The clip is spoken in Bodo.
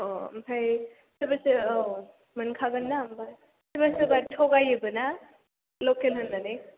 अ ओमफ्राय सोरबा सोरबा औ मोनखागोनना होमबा सोरबा सोरबा थगायोबो ना लकेल होननानै